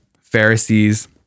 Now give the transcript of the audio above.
Pharisees